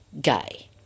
gay